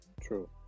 True